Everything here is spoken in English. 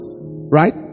Right